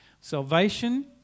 Salvation